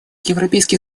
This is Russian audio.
европейский